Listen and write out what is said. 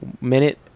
Minute